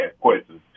questions